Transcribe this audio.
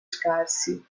scarsi